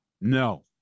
No